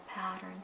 pattern